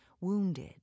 wounded